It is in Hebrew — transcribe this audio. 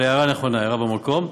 אבל הערה נכונה, הערה במקום.